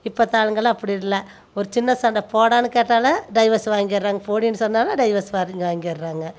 இப்பத்து ஆளுங்களாம் அப்படி இல்லை ஒரு சின்ன சண்டை போடான்னு கேட்டால் டைவஸ் வாங்கிடுறாங்க போடின்னு சொன்னால் டைவஸ் வரைக்கும் வாங்கிடுறாங்க